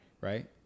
Right